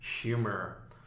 Humor